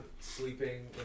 sleeping